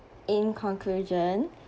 in conclusion